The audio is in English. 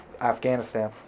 Afghanistan